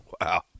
Wow